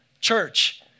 church